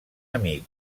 amic